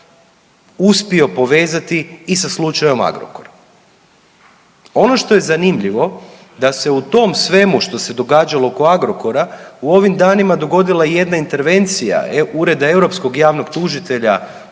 uspio povezati i sa slučajem Agrokor. Ono što je zanimljivo da se u tom svemu što se događalo oko Agrokora u ovim danima dogodila i jedna intervencija Ureda europskog javnog tužitelja